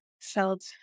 felt